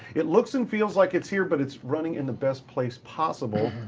it looks and feels like it's here, but it's running in the best place possible,